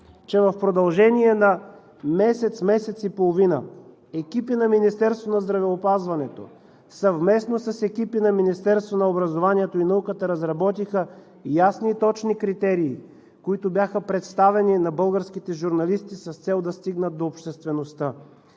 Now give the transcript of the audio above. че в продължение на месец, месец и половина екипи на Министерството на здравеопазването съвместно с екипи на Министерството на образованието и науката разработиха ясни и точни критерии, които бяха представени на българските журналисти с цел да стигнат до обществеността.